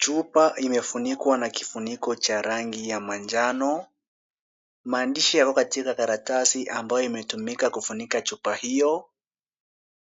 Chupa imefunikwa na kifuniko cha rangi ya majano. Maandishi yako katika karatasi ambayo imetumika kufunika chupa hiyo.